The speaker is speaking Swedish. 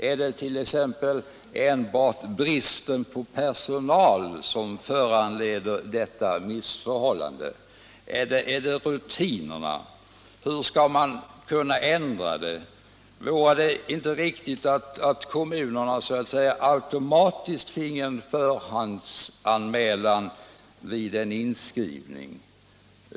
Är det t.ex. enbart brist på personal som föranleder missförhållandena? Gäller det rutinerna? Hur skall man kunna ändra detta? Vore det inte riktigt att kommunerna så att säga automatiskt finge en förhandsanmälan vid inskrivning?